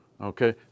Okay